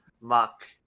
Muck